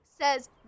says